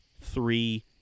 three